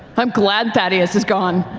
i'm glad thaddeus is gone.